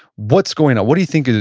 what's going on? what do you think,